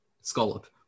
Scallop